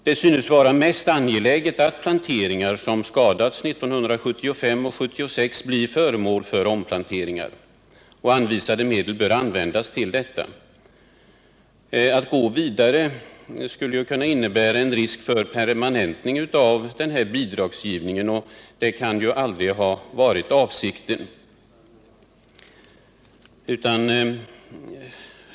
Det synes vara mest angeläget att planteringar som skadats 1975 och 1976 blir föremål för omplanteringar, och anvisade medel bör användas till detta. Att gå vidare skulle kunna innebära en risk för permanentning av denna bidragsgivning, och det kan ju inte ha varit avsikten.